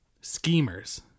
schemers